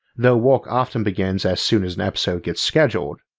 though work often begins as soon as an episode gets scheduled.